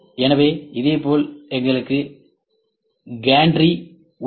எனவே இதேபோல் எங்களுக்கு கேன்ட்ரி உள்ளது